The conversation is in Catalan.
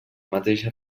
mateix